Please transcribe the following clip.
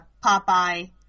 Popeye